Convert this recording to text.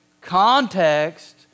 context